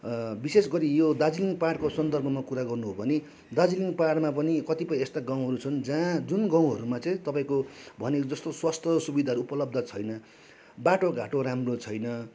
विशेष गरी यो दार्जिलिङ पाहाडको सन्दर्भमा कुरा गर्नु हो भने दार्जिलिङ पाहाडमा पनि कतिपय यस्ता गाउँहरू छन् जहाँ जुन गाउँहरूमा चाहिँ तपाईँको भनेको जस्तो स्वास्थ्य सुविधाहरू उपलब्ध छैन बाटोघाटो राम्रो छैन